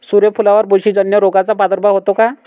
सूर्यफुलावर बुरशीजन्य रोगाचा प्रादुर्भाव होतो का?